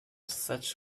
such